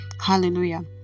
Hallelujah